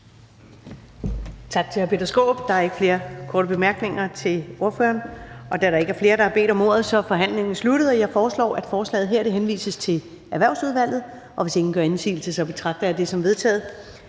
Tak til ministeren. Der er ikke flere korte bemærkninger til ministeren Da der ikke er flere, der har bedt om ordet, er forhandlingen sluttet. Jeg foreslår, at lovforslaget henvises til Erhvervsudvalget. Hvis ingen gør indsigelse, betragter jeg det som vedtaget.